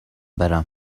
برم